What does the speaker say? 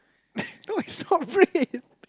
no is not bread